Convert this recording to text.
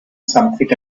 something